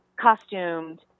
costumed